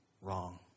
wrong